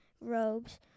robes